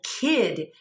kid